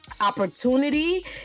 opportunity